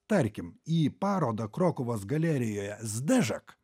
tarkim į parodą krokuvos galerijoje zdežak